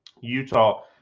Utah